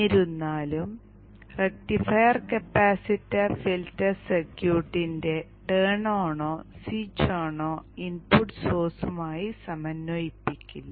എന്നിരുന്നാലും rectifier capacitor filter സർക്യൂട്ടിന്റെ turn ഓണോ സ്വിച്ച് ഓണോ ഇൻപുട്ട് സോഴ്സുമായി സമന്വയിപ്പിക്കില്ല